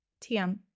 Tm